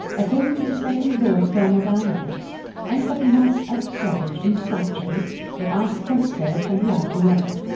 according to the second law of thermodynamics entropy must upsurge in structures that are sequestered from the outer world,